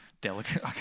delicate